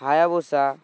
Hayabusa